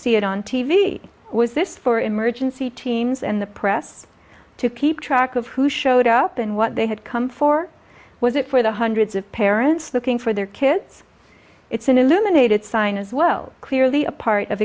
see it on t v was this for emergency teams and the press to keep track of who showed up and what they had come for was it for the hundreds of parents looking for their kids it's an illuminated sign as well clearly a part of